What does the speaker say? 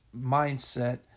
mindset